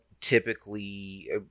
typically